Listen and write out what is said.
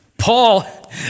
Paul